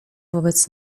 wobec